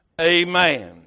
Amen